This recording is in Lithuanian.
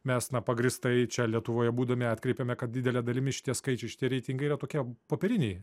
mes na pagrįstai čia lietuvoje būdami atkreipiame kad didele dalimi šitie skaičiai šitie reitingai yra tokie popieriniai